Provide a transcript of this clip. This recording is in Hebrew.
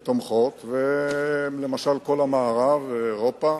ותומכות, למשל כל המערב, אירופה,